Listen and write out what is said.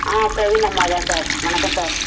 ஆ பிரவீன் அம்மா தான் சார் வணக்கம் சார்